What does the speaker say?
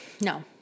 No